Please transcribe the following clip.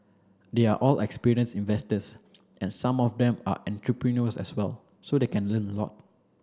they are all experienced investors and some of them are entrepreneurs as well so they can learn a lot